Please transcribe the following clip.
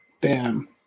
Bam